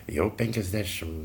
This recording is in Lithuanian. jau penkiasdešimt